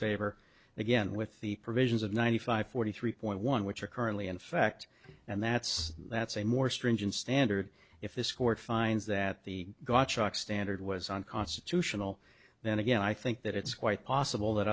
favor again with the provisions of ninety five forty three point one which are currently in fact and that's that's a more stringent standard if this court finds that the gottschalk standard was unconstitutional then again i think that it's quite possible that